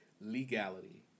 legality